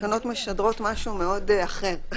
התקנות משדרות משהו מאוד אחר.